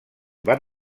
van